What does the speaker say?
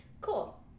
Cool